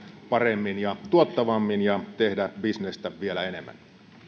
paremmin ja tuottavammin ja tehdä bisnestä vielä enemmän